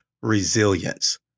resilience